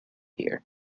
here